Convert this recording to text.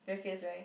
very fierce [right]